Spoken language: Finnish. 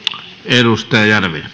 arvoisa